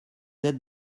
êtes